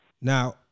Now